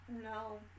No